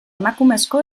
emakumezko